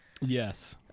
Yes